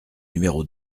numéro